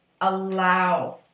allow